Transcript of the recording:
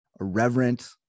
irreverent